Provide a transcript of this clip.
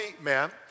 man